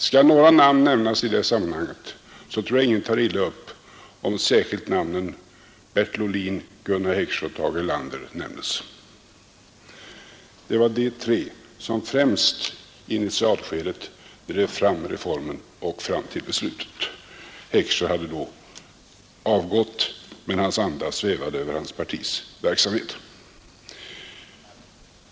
Skall några namn nämnas i det sammanhanget tror jag ingen tar illa upp om särskilt namnen Bertil Ohlin, Gunnar Heckscher och Tage Erlander nämns. Det var dessa tre som drev fram reformen från initialskedet till beslutet — Heckscher hade då avgått men hans anda svävade över hans partis verksamhet.